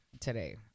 today